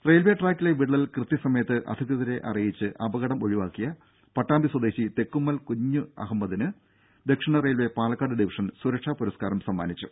രംഭ railway ട്രാക്കിലെ വിള്ളൽ കൃത്യ സമയത്ത് അധികൃതരെ അറിയിച്ച് അപകടം ഒഴിവാക്കിയ പട്ടാമ്പി സ്വദേശി തെക്കുമ്മൽ കുഞ്ഞഹമ്മദിന് ദക്ഷിണ റെയിൽവെ പാലക്കാട് ഡിവിഷൻ സുരക്ഷാ പുരസ്കാരം സമ്മാനിച്ചു